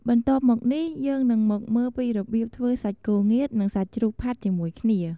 បន្ទាប់មកនេះយើងនឹងមកមើលពីរបៀបធ្វើសាច់គោងៀតនិងសាច់ជ្រូកផាត់ជាមួយគ្នា។